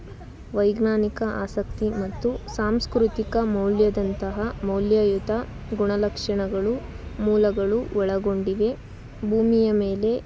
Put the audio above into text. ವೈಜ್ಞಾನಿಕ ಆಸಕ್ತಿ ಮತ್ತು ಸಾಂಸ್ಕೃತಿಕ ಮೌಲ್ಯದಂತಹ ಮೌಲ್ಯಯುತ ಗುಣಲಕ್ಷಣಗಳು ಮೂಲಗಳು ಒಳಗೊಂಡಿವೆ ಭೂಮಿಯ ಮೇಲೆ